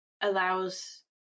allows